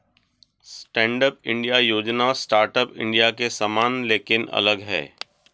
stand up India योजना startup India के समान लेकिन अलग है